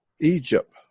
Egypt